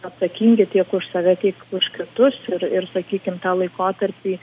atsakingi tiek už save tiek už kitus ir ir sakykim tą laikotarpį